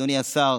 אדוני השר,